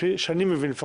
כפי שאני מבין,